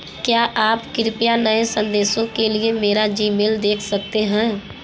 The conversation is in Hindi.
क्या आप कृपया नए संदेशों के लिए मेरा जीमेल देख सकते हैं